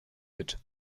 mit